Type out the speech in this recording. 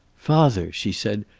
father, she said,